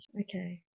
Okay